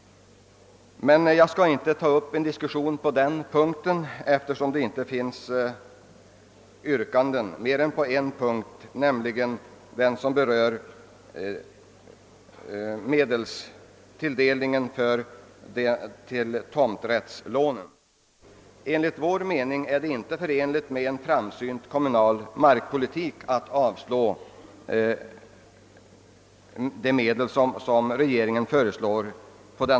Men jag skall inte ta upp en diskussion om det avsnittet eftersom det inte finns yrkanden mer än på en punkt, nämligen den som gäller medelstilldelningen för tomträttslånen. Enligt vår mening är det inte förenligt med en framsynt kommunal markpolitik att avstyrka bifall till de medel som regeringen föreslår.